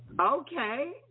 Okay